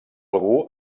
algú